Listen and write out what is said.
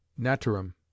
naturum